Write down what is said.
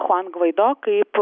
chuan gvaido kaip